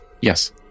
Yes